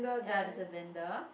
ya there's a blender